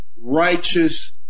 righteous